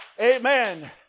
amen